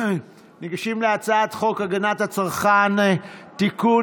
ניגשים להצעת חוק הגנת הצרכן (תיקון,